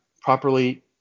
properly